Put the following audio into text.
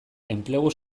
enplegu